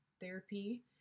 therapy